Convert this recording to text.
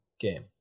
game